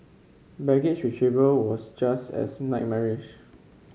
baggage retrieval was just as nightmarish